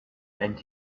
and